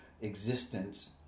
existence